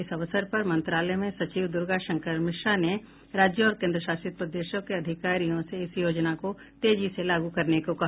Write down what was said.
इस अवसर पर मंत्रालय में सचिव दुर्गाशंकर मिश्रा ने राज्यों और केन्द्रशासित प्रदेशों के अधिकारियों से इस योजना को तेजी से लागू करने को कहा